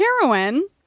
heroin